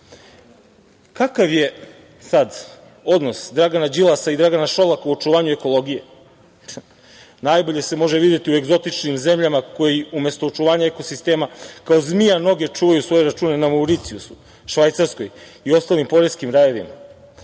Đilas. Kakav je sad odnos Dragana Đilasa i Dragana Šolaka u očuvanju ekologije, najbolje se može videti u egzotičnim zemljama koji, umesto očuvanja ekosistema, kao zmija noge čuvaju svoje račune na Mauricijusu, Švajcarskoj i ostalim poreskim rajevima.